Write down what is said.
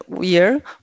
year